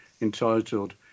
entitled